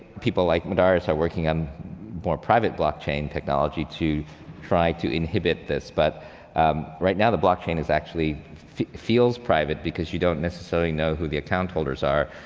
people like madaris are working on more private blockchain technology to try to inhibit this. but right now the blockchain is actually feels private, because you don't necessarily know who the account holders are,